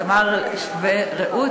תמר ורעות,